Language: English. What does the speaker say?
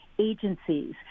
agencies